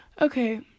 Okay